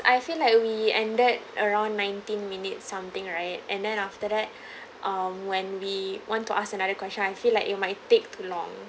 I feel like we ended around nineteen minute something right and then after that um when we want to ask another question I feel like it might take too long